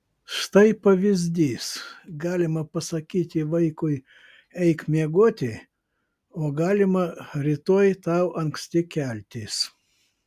štai pavyzdys galima pasakyti vaikui eik miegoti o galima rytoj tau anksti keltis